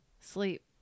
sleep